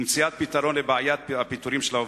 ולמציאת פתרון לבעיית הפיטורים של העובדים.